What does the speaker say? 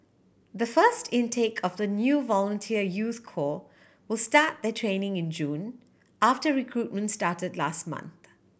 the first intake of the new volunteer youth will start their training in June after recruitment started last month